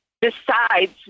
decides